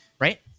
Right